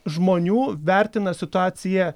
žmonių vertina situaciją